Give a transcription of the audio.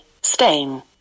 stain